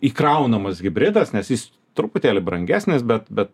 įkraunamas hibridas nes jis truputėlį brangesnis bet bet